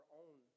own